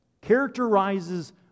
characterizes